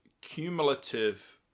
cumulative